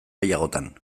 gehiagotan